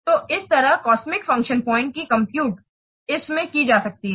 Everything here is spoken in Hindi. तो इस तरह COSMIC फंक्शन पॉइंट की कंप्यूट इस में की जा सकती है